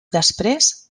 després